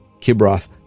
Kibroth